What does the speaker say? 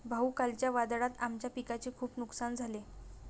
भाऊ, कालच्या वादळात आमच्या पिकाचे खूप नुकसान झाले